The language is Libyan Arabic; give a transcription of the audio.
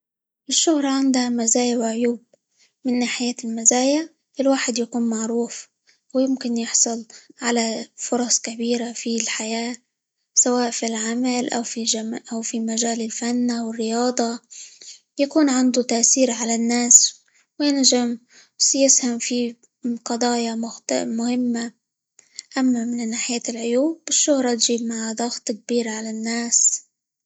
الشهرة عندها مزايا، وعيوب، من ناحية المزايا الواحد يكون معروف، ويمكن يحصل على فرص كبيرة في الحياة، سواء في العمل، أو في -جم- أو في مجال الفن، أو الرياضة، يكون عنده تأثير على الناس -وينجم- - بسي- ويسهم في قضايا -مخ- مهمة، أما من ناحية العيوب، الشهرة تجيب معاها ضغط كبير على الناس.